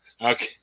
Okay